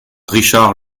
richard